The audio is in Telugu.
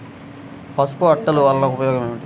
పసుపు అట్టలు వలన ఉపయోగం ఏమిటి?